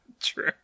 True